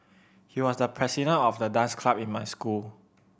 he was the president of the dance club in my school